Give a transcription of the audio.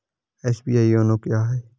SBI YONO क्या है?